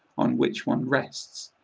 on which one rests.